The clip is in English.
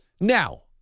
Now